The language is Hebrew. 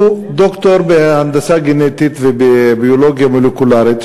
הוא ד"ר בהנדסה גנטית ובביולוגיה מולקולרית,